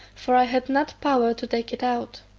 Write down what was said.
for i had not power to take it out.